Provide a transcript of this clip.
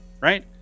Right